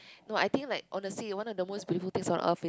no I think like honestly one of the most beautiful things on Earth is